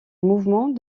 mouvement